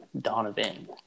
donovan